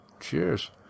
Cheers